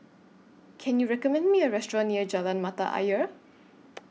Can YOU recommend Me A Restaurant near Jalan Mata Ayer